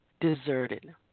deserted